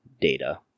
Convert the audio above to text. data